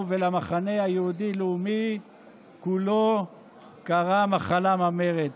ולמחנה היהודי-לאומי כולו מחלה ממארת.